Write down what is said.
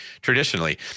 traditionally